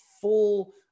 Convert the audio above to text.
full